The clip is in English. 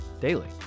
daily